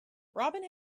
robin